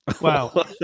Wow